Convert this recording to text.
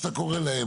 שאתה קורא להם,